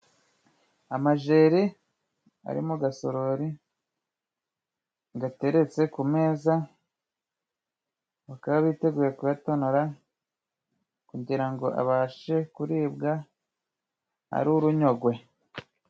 Amajeri ari mu gasorori gateretse ku meza bakaba biteguye kuyatonora kugirango abashe kuribwa ari urunyogwe.